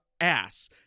ass